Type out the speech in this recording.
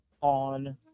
on